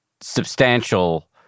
substantial